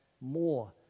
more